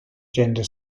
gender